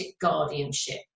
guardianship